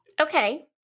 Okay